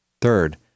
Third